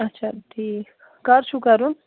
اَچھا ٹھیٖک کَر چھُو کَرُن